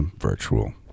virtual